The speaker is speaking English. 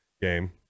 game